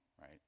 right